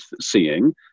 seeing